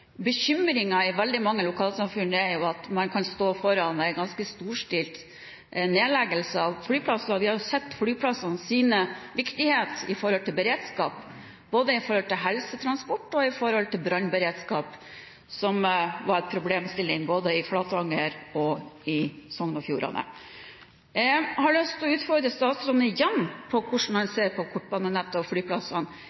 i veldig mange lokalsamfunn er jo at man kan stå foran en ganske storstilt nedleggelse av flyplasser. Vi har sett flyplassenes viktighet når det gjelder beredskap, både når det gjelder helsetransport og brannberedskap, som var en problemstilling både i Flatanger og i Sogn og Fjordane. Jeg har lyst til å utfordre statsråden igjen på hvordan han ser på kortbanenettet og flyplassene.